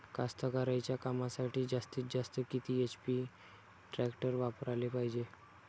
कास्तकारीच्या कामासाठी जास्तीत जास्त किती एच.पी टॅक्टर वापराले पायजे?